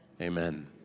Amen